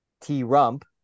t-rump